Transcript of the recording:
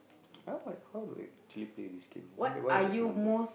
I like how like can we play this game why there why there's a number